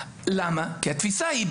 התפיסה היא,